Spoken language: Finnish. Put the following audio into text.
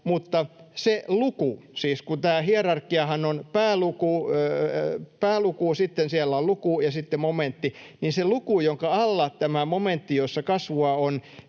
mutta sen luvun — siis tämä hierarkiahan on pääluku, sitten siellä on luku ja sitten momentti — yläpuolella, jonka alla on tämä momentti, jossa kasvua on,